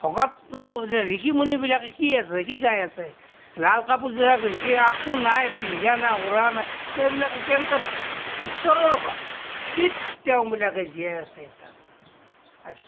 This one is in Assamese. ভকত ঋষি মুনিবিলাকে কি আছে কি গাই আছে লাল কাপোৰযোৰ পিন্ধিছে আৰু একো নাই পিন্ধা নাই উৰা নাই সেইবিলাকে কেনেকৈ ইশ্বৰৰ ভক্তিত তেওঁবিলাকে জীয়াই আছে